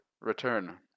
Return